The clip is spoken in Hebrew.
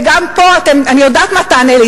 אני יודעת מה תענה לי.